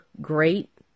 great